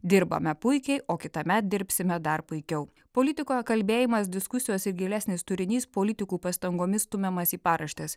dirbame puikiai o kitąmet dirbsime dar puikiau politikoje kalbėjimas diskusijos ir gilesnis turinys politikų pastangomis stumiamas į paraštes